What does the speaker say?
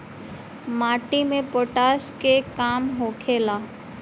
माटी में पोटाश के का काम होखेला?